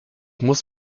muss